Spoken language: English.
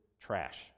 trash